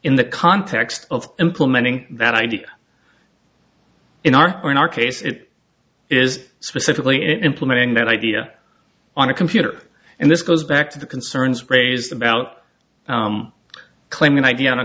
in the context of implementing that idea in our or in our case it is specifically implementing that idea on a computer and this goes back to the concerns raised about claim an idea on a